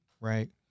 Right